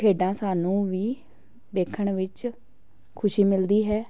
ਖੇਡਾਂ ਸਾਨੂੰ ਵੀ ਦੇਖਣ ਵਿੱਚ ਖੁਸ਼ੀ ਮਿਲਦੀ ਹੈ